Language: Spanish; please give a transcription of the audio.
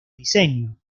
diseño